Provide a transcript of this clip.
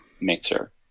mixer